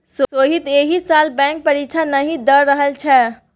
सोहीत एहि साल बैंक परीक्षा नहि द रहल छै